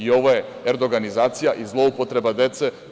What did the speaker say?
Ovo je erdoganizacija i zloupotreba dece.